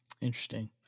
Interesting